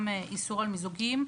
גם איסור על מיזוגים.